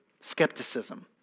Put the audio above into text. skepticism